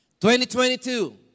2022